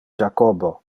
jacobo